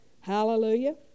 Hallelujah